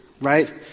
right